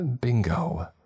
bingo